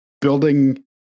building